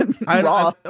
raw